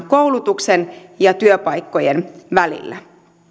koulutuksen ja työpaikkojen välillä